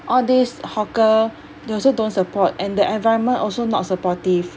all these hawker they also don't support and the environment also not supportive